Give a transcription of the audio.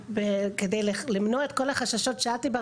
כדי למנוע את כל החששות שאת דיברת